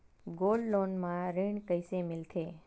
Gold loan म ऋण कइसे मिलथे?